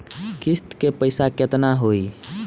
किस्त के पईसा केतना होई?